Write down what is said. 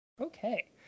okay